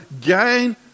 gain